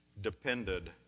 depended